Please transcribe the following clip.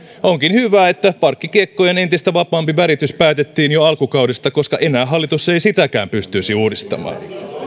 onkin hyvä että parkkikiekkojen entistä vapaampi väritys päätettiin jo alkukaudesta koska enää hallitus ei sitäkään pystyisi uudistamaan